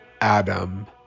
Adam